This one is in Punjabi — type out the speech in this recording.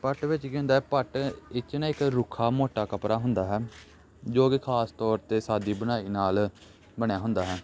ਪੱਟ ਵਿੱਚ ਕੀ ਹੁੰਦਾ ਪੱਟ ਵਿੱਚ ਨਾ ਇੱਕ ਰੁੱਖਾ ਮੋਟਾ ਕੱਪੜਾ ਹੁੰਦਾ ਹੈ ਜੋ ਕਿ ਖਾਸ ਤੌਰ 'ਤੇ ਸਾਦੀ ਬੁਣਾਈ ਨਾਲ ਬਣਿਆ ਹੁੰਦਾ ਹੈ